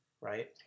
right